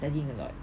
studying a lot